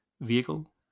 vehicle